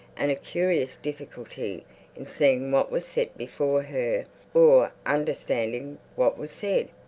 and a curious difficulty in seeing what was set before her or understanding what was said.